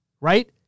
Right